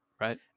right